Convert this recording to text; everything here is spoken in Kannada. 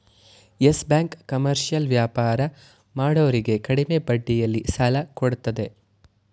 ಯಸ್ ಬ್ಯಾಂಕ್ ಕಮರ್ಷಿಯಲ್ ವ್ಯಾಪಾರ ಮಾಡೋರಿಗೆ ಕಡಿಮೆ ಬಡ್ಡಿಯಲ್ಲಿ ಸಾಲ ಕೊಡತ್ತದೆ